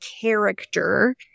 character